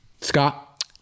Scott